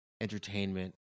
entertainment